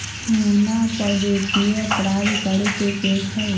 मोहना पर वित्तीय अपराध करे के केस हई